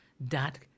dot